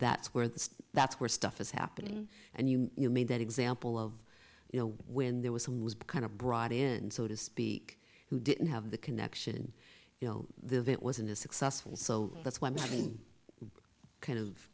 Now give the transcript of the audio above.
that's where the that's where stuff is happening and you made that example of you know when there was some was kind of brought in so to speak who didn't have the connection you know the of it wasn't as successful so that's why i mean kind of